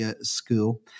school